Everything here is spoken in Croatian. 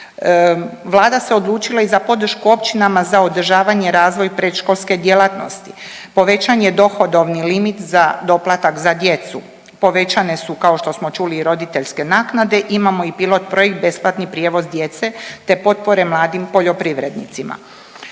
Vlada se odlučila i za podršku općinama za održavanje i razvoj predškolske djelatnosti, povećan je dohodovni limit za doplatak za djecu, povećane su kao što smo čuli i roditeljske naknade, imamo i pilot projekt besplatni prijevoz djece, te potpore mladim poljoprivrednicima.